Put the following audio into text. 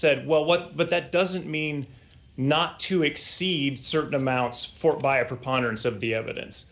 said well what but that doesn't mean not to exceed certain amounts for by a preponderance of the evidence